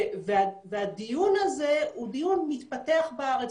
הדיון הזה הוא דיון מתפתח בארץ,